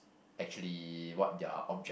actually what their object~